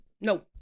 No